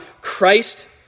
Christ